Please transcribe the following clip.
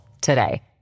today